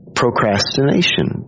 procrastination